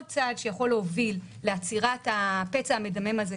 צעד שיכול להוביל לעצירת הפצע המדמם הזה,